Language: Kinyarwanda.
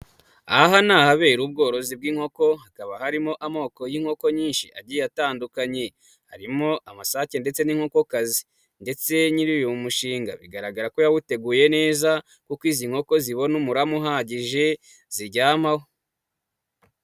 Aha ni ahabera ubworozi bw'inkoko hakaba harimo amoko y'inkoko nyinshi agiye atandukanye, harimo amasake ndetse n'inkokokazi ndetse nyiri uyu mushinga bigaragara ko yawuteguye neza kuko izi nkoko zibona umurama uhagije ziryamaho.